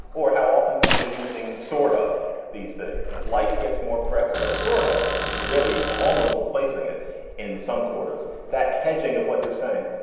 or how often people are using sort of these days, you know, like gets more press, but sort of is really almost replacing it in some quarters, that hedging of what you're saying.